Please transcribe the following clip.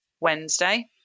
Wednesday